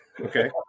Okay